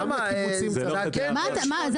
מה הקשר